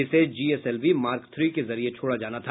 इसे GSLV mark three के जरिए छोड़ा जाना था